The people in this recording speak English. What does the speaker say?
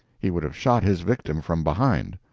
he would have shot his victim from behind.